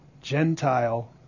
Gentile